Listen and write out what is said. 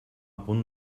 punt